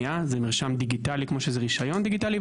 זה מרשם דיגיטלי כמו שזה רישיון דיגיטלי.